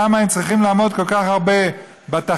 למה הם צריכים לעמוד כל כך הרבה בתחנות,